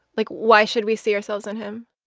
like, why should we see ourselves in him?